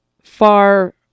far